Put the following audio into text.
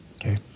Okay